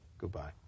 goodbye